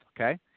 Okay